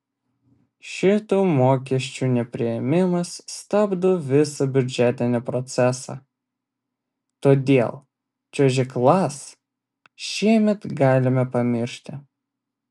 šitų mokesčių nepriėmimas stabdo visą biudžetinį procesą todėl čiuožyklas šiemet galime pamiršti